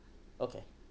okay